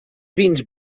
vins